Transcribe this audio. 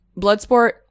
Bloodsport